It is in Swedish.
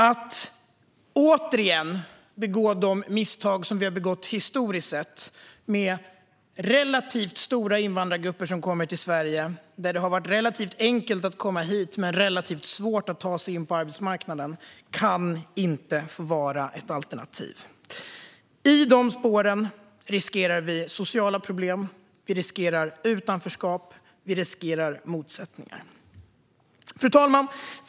Att återigen begå de misstag som vi har begått historiskt, med relativt stora invandrargrupper som kommer till Sverige och en situation där det har varit relativt enkelt att komma hit men relativt svårt att ta sig in på arbetsmarknaden, kan inte få vara ett alternativ. I spåren av detta riskerar vi sociala problem, utanförskap och motsättningar. Fru talman!